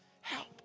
help